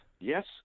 yes